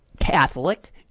Catholic